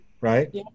right